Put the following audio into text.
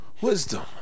wisdom